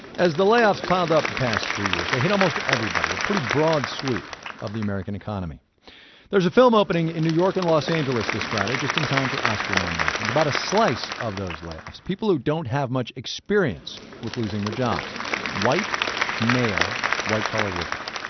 as the layoffs piled up the past three years, they hit almost everyone a pretty broad sweep of the american economy there's a film opening opening in new york and los angeles this friday just in time for oscar nominations about a slice of those layoffs, people who don't have much experience with losing their jobs white male white-collar workers.